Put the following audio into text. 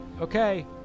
okay